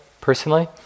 personally